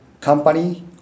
company